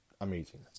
amazing